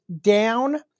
down